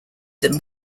them